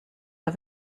der